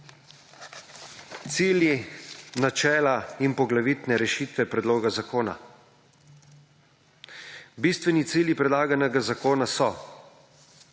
Cilji, načela in poglavitne rešitve predloga zakona. Bistveni cilji predlaganega zakona so: